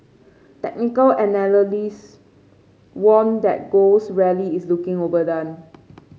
technical analysts warned that gold's rally is looking overdone